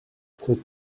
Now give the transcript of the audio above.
cette